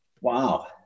Wow